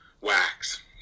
wax